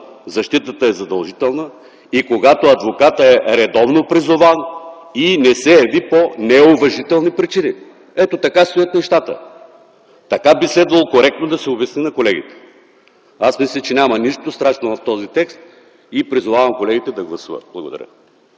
защитата е задължителна и когато адвокатът е редовно призован и не се яви по неуважителни причини. Така стоят нещата. Така би следвало коректно да се обясни на колегите. Аз мисля, че няма нищо страшно в този текст и призовавам колегите да гласуват. Благодаря.